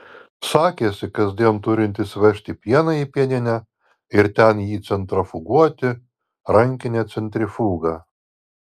sakėsi kasdien turintis vežti pieną į pieninę ir ten jį centrifuguoti rankine centrifuga